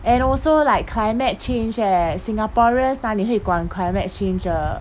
and also like climate change eh singaporeans 哪里会管 climate change 的